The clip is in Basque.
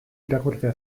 irakurtzea